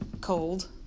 cold